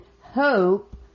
Hope